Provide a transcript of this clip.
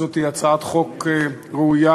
זוהי הצעת חוק ראויה,